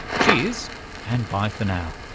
cheers and bye for now!